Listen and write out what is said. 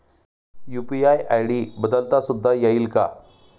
UPI ID बदलता सुद्धा येईल का?